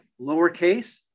lowercase